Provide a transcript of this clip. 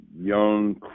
young